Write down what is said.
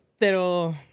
Pero